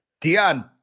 Dion